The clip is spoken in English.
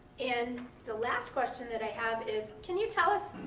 and the last question that i have is can you tell us,